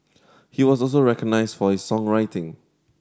he was also recognised for his songwriting